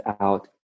out